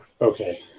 Okay